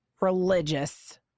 religious